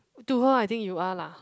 to her I think you are lah